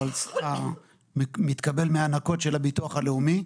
אבל מתקבל מהענקות של הביטוח הלאומי.